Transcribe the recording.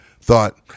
thought